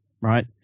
right